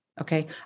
Okay